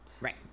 Right